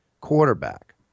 quarterback